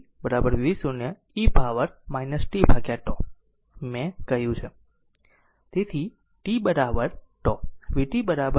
તેથી સમીકરણ 10 vt v 0 e પાવરમાં દર્શાવી શકાય છે t τ મેં કહ્યું છે